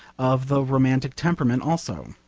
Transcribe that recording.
of the romantic temperament also.